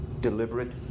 deliberate